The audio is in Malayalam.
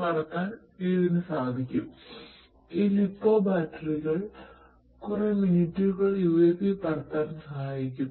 പറത്താൻ ഇതിനു കഴിയും